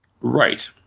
Right